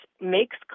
makes